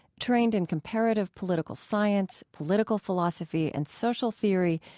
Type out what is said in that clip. trained in comparative political science, political philosophy, and social theory,